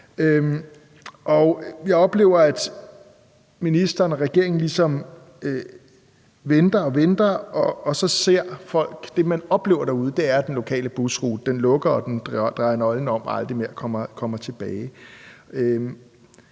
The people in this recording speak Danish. vi oplever, at ministeren og regeringen ligesom bare venter og venter, og det, de oplever derude, er, at den lokale busrute lukker og drejer nøglen om og aldrig mere kommer tilbage,